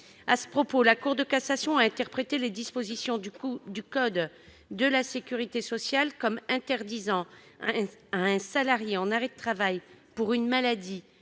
À ce propos, la Cour de cassation a interprété les dispositions du code de la sécurité sociale comme interdisant à un salarié en arrêt de travail pour une maladie